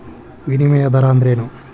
ವಿನಿಮಯ ದರ ಅಂದ್ರೇನು?